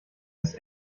ist